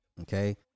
Okay